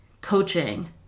coaching